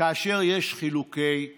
כאשר יש חילוקי דעות.